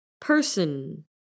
person